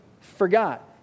forgot